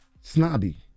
snobby